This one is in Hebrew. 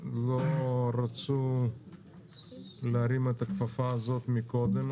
לא רצו להרים את הכפפה הזאת מקודם,